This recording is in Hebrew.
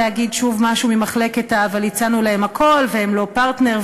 להגיד שוב משהו ממחלקת ה"אבל הצענו להם הכול" ו"הם לא פרטנר",